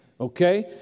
okay